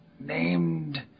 named